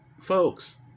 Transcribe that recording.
Folks